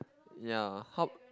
ya how